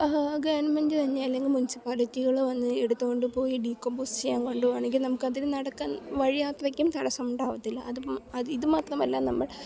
government തന്നെ അല്ലെങ്കിൽ മുൻസിപ്പാലിറ്റികൾ വന്ന് എടുത്തു കൊണ്ടു പോയി ഡീകമ്പോസ് ചെയ്യാൻ കൊണ്ടു പോകുകയാണെങ്കിൽ നമുക്കതിന് നടക്കാൻ വഴിയാത്രക്കും തടസ്സമുണ്ടാകത്തില്ല അത് ഇത് മാത്രമല്ല നമ്മൾ